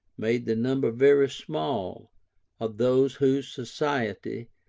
made the number very small of those whose society,